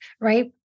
right